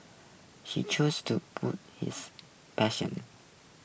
she choose to his passion